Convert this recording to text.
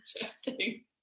interesting